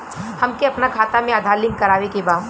हमके अपना खाता में आधार लिंक करावे के बा?